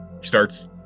starts